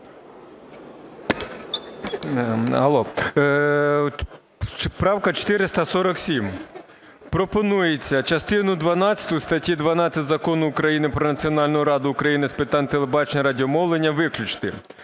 Суть правки. Пропонується частину десяту статті 12 Закону України "Про Національну раду України з питань телебачення і радіомовлення" виключити.